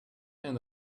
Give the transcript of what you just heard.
and